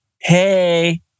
Hey